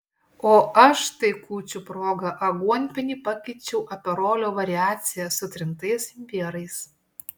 o aš tai kūčių proga aguonpienį pakeičiau aperolio variacija su trintais imbierais